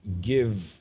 give